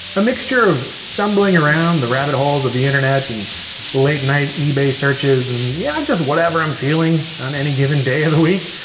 a mixture of stumbling around the rabbit holes of the internet, and late night ebay searches. and yeah, just whatever i'm feeling on any given day of the week.